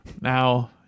Now